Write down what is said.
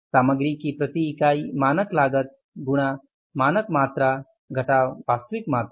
सामग्री की प्रति इकाई मानक लागत गुणा मानक मात्रा घटाव वास्तविक मात्रा